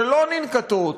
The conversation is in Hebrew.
שלא ננקטות